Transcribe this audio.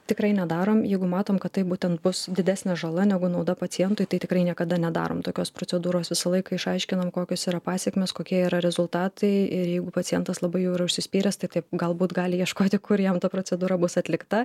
tikrai nedarom jeigu matome kad taip būtent bus didesnė žala negu nauda pacientui tai tikrai niekada nedarom tokios procedūros visą laiką išaiškinam kokios yra pasekmės kokie yra rezultatai ir jeigu pacientas labai jau yra užsispyręs tai taip galbūt gali ieškoti kur jam ta procedūra bus atlikta